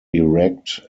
erect